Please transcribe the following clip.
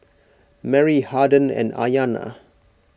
Merry Harden and Ayana